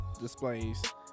displays